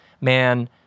man